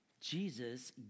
Jesus